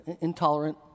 intolerant